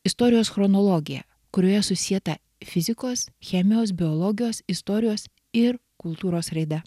istorijos chronologija kurioje susieta fizikos chemijos biologijos istorijos ir kultūros raida